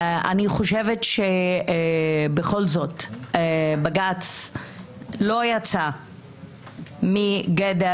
אני חושבת שבכל זאת בג"ץ לא יצא מגדר